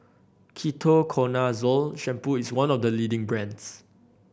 Ketoconazole Shampoo is one of the leading brands